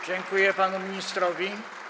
Dziękuję panu ministrowi.